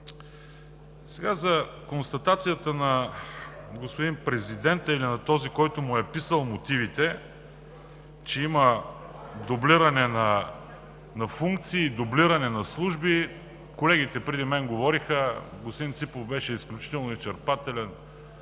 темата. За констатацията на господин президента, или на този, който му е писал мотивите, че има дублиране на функции, дублиране на служби, колегите преди мен говориха. Господин Ципов беше изключително изчерпателен,